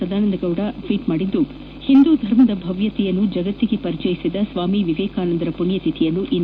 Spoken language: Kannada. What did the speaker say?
ಸದಾನಂದ ಗೌಡ ಟ್ವೀಟ್ ಮಾಡಿ ಹಿಂದೂ ಧರ್ಮದ ಭವ್ಯತೆಯನ್ನು ಜಗತ್ತಿಗೆ ಪರಿಚಯಿಸಿದ ಸ್ವಾಮಿ ವಿವೇಕಾನಂದರ ಪುಣ್ಣತಿಥಿ ಇಂದು